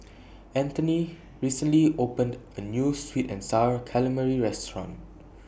Antony recently opened A New Sweet and Sour Calamari Restaurant